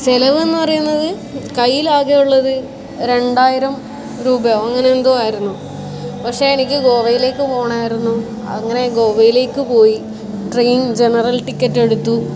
ചിലവെന്ന് പറയുന്നത് കയ്യിലാകെ ഉള്ളത് രണ്ടായിരം രൂപയോ അങ്ങനെ എന്തോ ആയിരുന്നു പക്ഷേ എനിക്ക് ഗോവയിലേക്ക് പോകണമായിരുന്നു അങ്ങനെ ഗോവയിലേക്ക് പോയി ട്രെയിൻ ജനറൽ ടിക്കെറ്റ് എടുത്തു